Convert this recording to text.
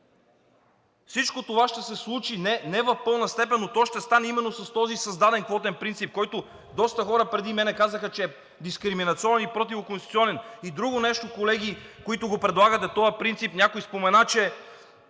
Всичко това ще се случи не в пълна степен, но то ще стане именно с този създаден квотен принцип, който доста хора преди мен казаха, че е дискриминационен и противоконституционен. И друго нещо, колеги, които предлагате този принцип, някой спомена, че